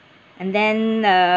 and then uh~